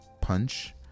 punch